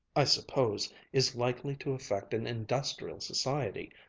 i suppose, is likely to affect an industrial society.